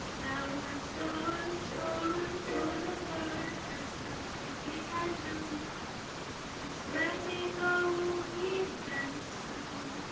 now we're torn, torn, torn apart there's nothing we can do just let me go, we'll meet again soon